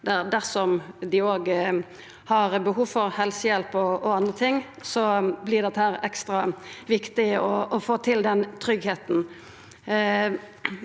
dersom dei òg har behov for helsehjelp og andre ting, vert det ekstra viktig å få til den tryggleiken.